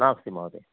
नास्ति महोदया